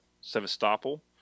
Sevastopol